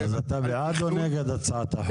על תכנון --- אז אתה בעד או נגד הצעת החוק?